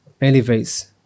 elevates